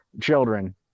children